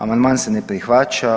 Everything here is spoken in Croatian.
Amandman se ne prihvaća.